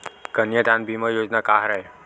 कन्यादान बीमा योजना का हरय?